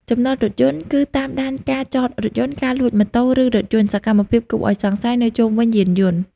ចំណតរថយន្ត គឺតាមដានការចតរថយន្ត ការលួចម៉ូតូឬរថយន្ត សកម្មភាពគួរឱ្យសង្ស័យនៅជុំវិញយានយន្ត។